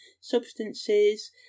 substances